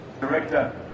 Director